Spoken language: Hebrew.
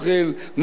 ויסקי.